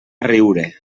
riure